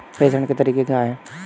प्रेषण के तरीके क्या हैं?